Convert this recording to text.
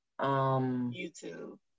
YouTube